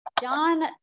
John